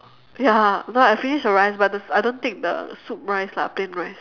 ya no I finish the rice but I don't take the soup rice lah plain rice